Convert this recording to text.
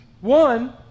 one